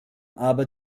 aber